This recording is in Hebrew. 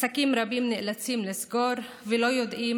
עסקים רבים נאלצים לסגור ולא יודעים